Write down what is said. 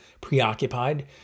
preoccupied